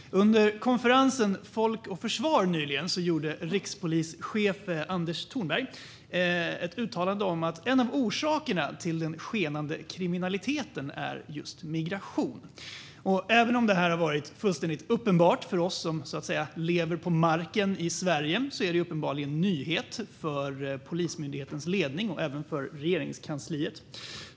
Fru talman! Under konferensen Folk och Försvar nyligen gjorde rikspolischefen Anders Thornberg ett uttalande om att en av orsakerna till den skenande kriminaliteten är migration. Även om det här har varit fullständigt uppenbart för oss som så att säga lever på marken i Sverige är det uppenbarligen en nyhet för Polismyndighetens ledning och även för Regeringskansliet.